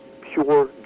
pure